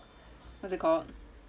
what's it called